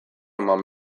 eman